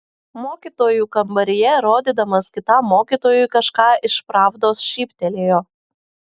mokytojų kambaryje rodydamas kitam mokytojui kažką iš pravdos šyptelėjo